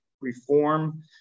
reform